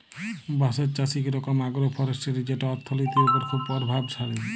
বাঁশের চাষ ইক রকম আগ্রো ফরেস্টিরি যেট অথ্থলিতির উপর খুব পরভাবশালী